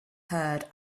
herd